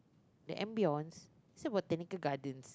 the ambiance it's at Botanical-Gardens